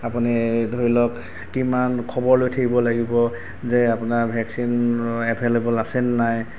আপুনি ধৰি লওঁক কিমান খবৰ লৈ থাকিব লাগিব যে আপোনাৰ ভেকচিন এভেইলেবল আছেনে নাই